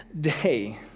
day